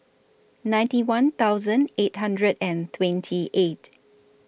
ninety one thousand eight hundred and twenty eight